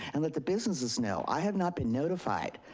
and let the businesses know. i had not been notified.